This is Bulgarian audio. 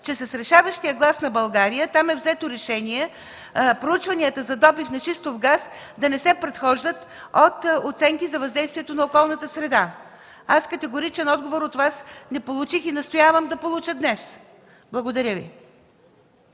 че с решаващия глас на България там е взето решение проучванията за добив на шистов газ да не се предхождат от оценки за въздействието на околната среда. Аз не получих от Вас категоричен отговор и настоявам да получа днес. Благодаря.